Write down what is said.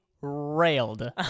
railed